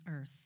earth